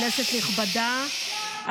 כנסת נכבדה,